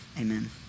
amen